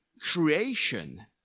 creation